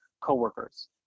coworkers